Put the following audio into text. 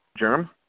Jerem